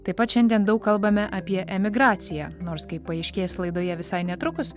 taip pat šiandien daug kalbame apie emigraciją nors kaip paaiškės laidoje visai netrukus